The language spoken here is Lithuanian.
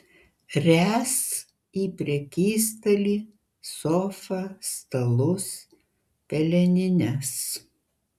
ręs į prekystalį sofą stalus pelenines